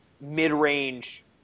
mid-range